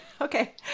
Okay